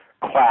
class